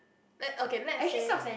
okay~ okay let say